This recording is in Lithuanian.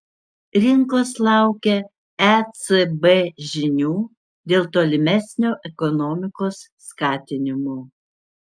rinkos laukia ecb žinių dėl tolimesnio ekonomikos skatinimo